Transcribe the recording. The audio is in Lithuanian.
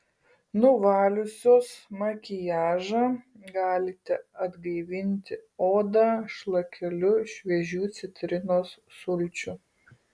nuvaliusios makiažą galite atgaivinti odą šlakeliu šviežių citrinos sulčių